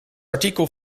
artikel